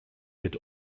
wird